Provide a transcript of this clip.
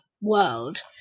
world